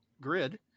grid